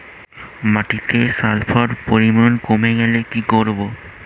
মাটিতে সালফার পরিমাণ কমে গেলে কি করব?